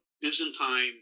Byzantine